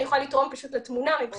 אני